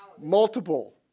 multiple